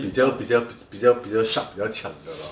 比较比较比较比较比较 sharp 比较强的 lor